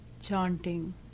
chanting